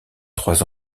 trois